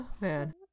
man